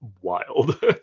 wild